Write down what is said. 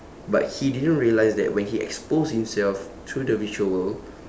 but he didn't realise that when he exposed himself through the virtual world